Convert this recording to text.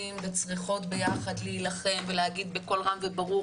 וצריכות ביחד להילחם ולהגיד בקול רם וברור,